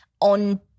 on